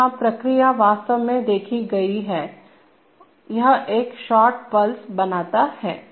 और यहां प्रक्रिया वास्तव में देखी गई है यह एक शॉर्ट पल्स बनता है